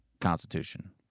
Constitution